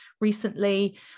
recently